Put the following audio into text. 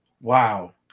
Wow